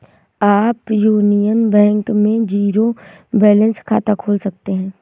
आप union bank में zero balance खाता खोल सकते हैं